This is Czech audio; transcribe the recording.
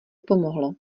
pomohlo